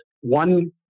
One